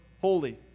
holy